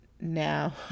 Now